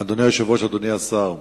אדוני היושב-ראש, אדוני השר,